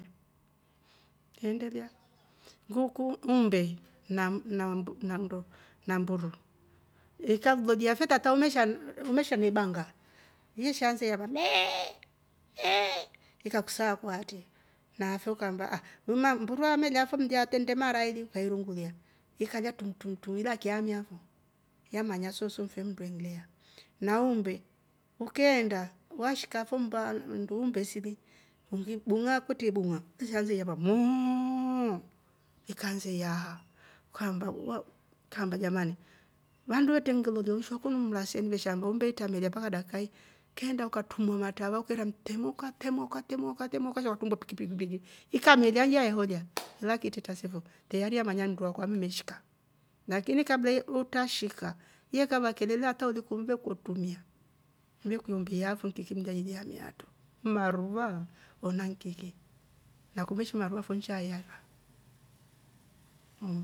Tukeendelia? Nguku umbe na mburu ikakulolya fe tata umeshani na ibanga, yeshaansa ira mee! Mee! Ikakusaakua aarti naaafe uka amba ah ni ma mburu ah amelya fo tendre mara aili ukairungulia ikalya tung! Tung! Ilakiamia fo yamanya soosu fe mmndu anjali, na umbe ukeenda washika fo mmba nndu umbe sili ulibung'aa kwetre ilibung'aa leshansa iamba moo! Moo! Ika ansa aiyahaa ukaamba jaman wandu we trambuka fo mraseni ve shaamba ummbehi itramelya mpaka dakika yi ukeenda ukatrumbua matrava ukera mtemu ukatemua! Ukatemua! Ukatemua! Ukasha ukakumba pikidibigi ikamelya yaheolia ilakitreta se fo tayari yamanya mndu akwa ameshika lakini kabla ye utrashika ye kaba kelele hata uli kunu vekrutumia vekuiya umbe yafo nkiki ileiyamia atroo nmaruvaa? Ona nkiki? Nakumbe shi maruva nshaa yara